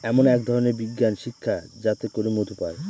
এমন এক ধরনের বিজ্ঞান শিক্ষা যাতে করে মধু পায়